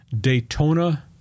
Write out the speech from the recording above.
Daytona